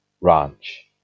ranch